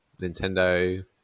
Nintendo